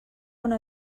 una